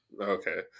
Okay